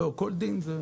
לא כל דין?